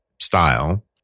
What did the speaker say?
style